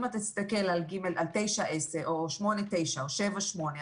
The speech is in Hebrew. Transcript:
אם תסכל על תשע-עשר או על שמונה-תשע או על שבע-שמונה,